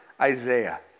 Isaiah